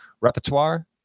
repertoire